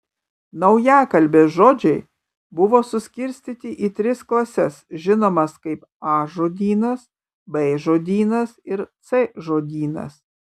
naujakalbės žodžiai buvo suskirstyti į tris klases žinomas kaip a žodynas b žodynas ir c žodynas